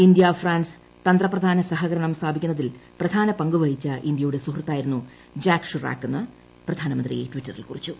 India France തന്ത്രപ്രധാന സഹകരണം സ്ഥാപിക്കുന്നതിൽ പ്രധാന പങ്കു വഹിച്ച ഇന്ത്യയുടെ സുഹൃത്തായിരുന്നു ജാക്ക് ഷിറാക്ക് എന്ന് പ്രധാനമന്ത്രി ട്വിറ്ററിൽ കുറിച്ചു